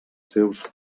seus